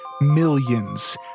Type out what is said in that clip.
millions